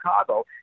Chicago